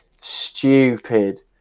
stupid